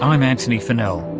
um antony funnell.